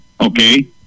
Okay